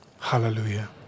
hallelujah